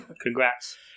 Congrats